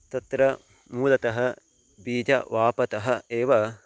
तत्र मूलतः बीजवापतः एव